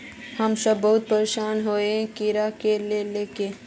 हम सब बहुत परेशान हिये कीड़ा के ले के?